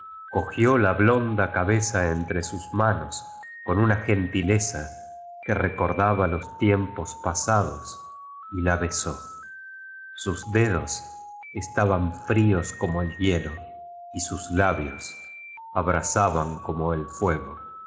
cogió la blonda cabeza entre sus manos con una gen tileza que recordaba los tiempos pasados y la besó sn dedos estaban fríos como el hielo y sus labios abrasaban como el fuego